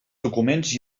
documents